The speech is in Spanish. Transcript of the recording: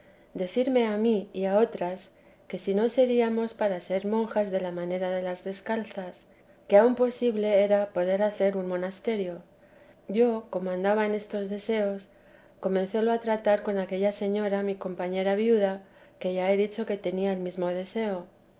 decirme a mí y a otras que si seríamos para ser monjas de la manera de las descalzas que aun posible era hacer un monasterio yo como andaba en estos deseos comencélo a tratar con aquella señora mi compañera viuda que ya he dicho que tenía el mesmo deseo